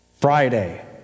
Friday